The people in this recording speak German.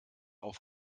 auf